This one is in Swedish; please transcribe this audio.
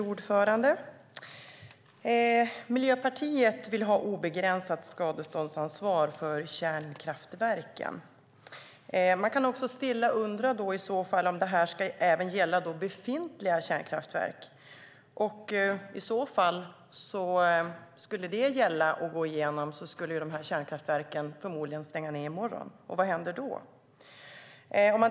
Fru talman! Miljöpartiet vill ha obegränsat skadeståndsansvar för kärnkraftverken. Man kan undra om det ska gälla även befintliga kärnkraftverk. Om det skulle gå igenom skulle de kärnkraftverken förmodligen stänga ned i morgon. Vad händer då?